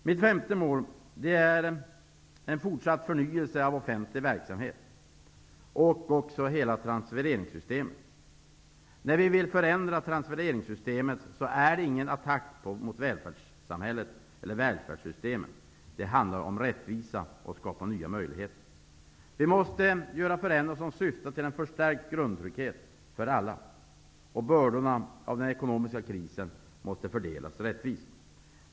Mitt femte mål är en fortsatt förnyelse av offentlig verksamhet och av transfereringssystemen. När vi vill förändra transfereringssystemen är det ingen attack mot välfärdssamhället, utan det handlar om rättvisa och om att skapa nya möjligheter. Vi måste genomföra förändringar som syftar till en förstärkt grundtrygghet för alla. Bördorna av den ekonomiska krisen måste fördelas rättvist.